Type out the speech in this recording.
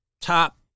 top